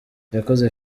yakoze